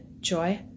Joy